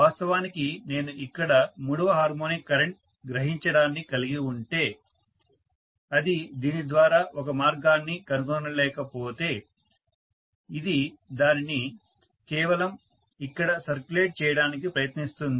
వాస్తవానికి నేను ఇక్కడ మూడవ హార్మోనిక్ కరెంట్ గ్రహించడాన్ని కలిగి ఉంటే అది దీని ద్వారా ఒక మార్గాన్ని కనుగొనలేకపోతే ఇది దానిని కేవలం ఇక్కడ సర్క్యులేట్ చేయడానికి ప్రయత్నిస్తుంది